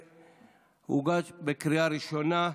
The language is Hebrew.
בקריאה ראשונה.